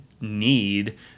need